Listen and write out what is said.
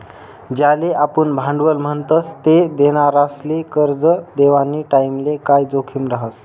ज्याले आपुन भांडवल म्हणतस ते देनारासले करजं देवानी टाईमले काय जोखीम रहास